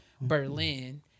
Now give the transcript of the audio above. berlin